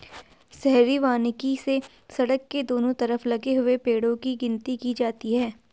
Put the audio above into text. शहरी वानिकी से सड़क के दोनों तरफ लगे हुए पेड़ो की गिनती की जाती है